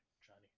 Johnny